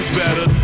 better